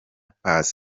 pass